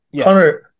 Connor